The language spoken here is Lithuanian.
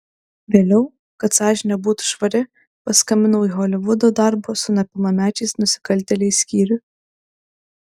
vėliau kad sąžinė būtų švari paskambinau į holivudo darbo su nepilnamečiais nusikaltėliais skyrių